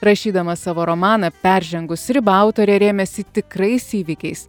rašydama savo romaną peržengus ribą autorė rėmėsi tikrais įvykiais